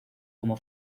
como